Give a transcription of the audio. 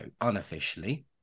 unofficially